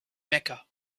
mecca